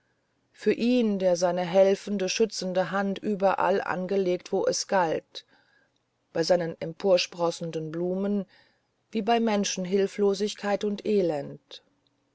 für ihn der seine helfende stützende hand überall anlegte wo es galt bei seinen emporsprossenden blumen wie bei menschenhilflosigkeit und elend